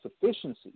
sufficiency